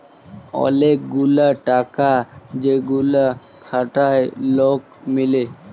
ওলেক গুলা টাকা যেগুলা খাটায় লক মিলে